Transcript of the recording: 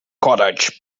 cottage